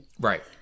Right